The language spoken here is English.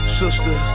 sister